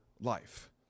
life